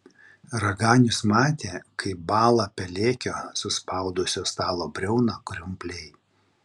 raganius matė kaip bąla pelėkio suspaudusio stalo briauną krumpliai